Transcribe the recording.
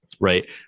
right